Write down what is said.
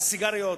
על סיגריות.